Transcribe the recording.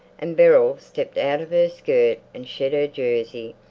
and beryl stepped out of her skirt and shed her jersey,